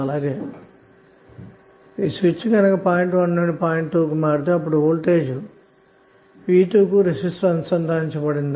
అలాగే switch point 1 నుండి point 2 కి మారితే అప్పుడు వోల్టేజ్ V2 కు అనుసంధానించబడుతుంది